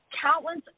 countless